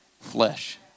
flesh